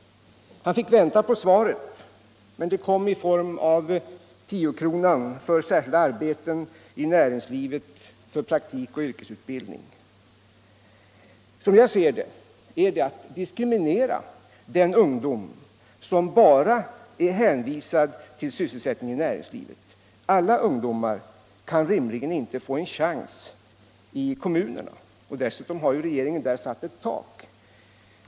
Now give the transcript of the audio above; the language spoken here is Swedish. Han fick vänta på svaret, men det kom i form av 10-kronan för särskilda arbeten i näringslivet för praktik och yrkesutbildning. Som jag ser det är det att diskriminera den ungdom som bara är hänvisad till sysselsättning i näringslivet. Alla ungdomar kan rimligen inte få en chans i kommunerna, och dessutom har ju regeringen där satt ett tak.